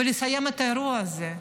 ולסיים את האירוע הזה.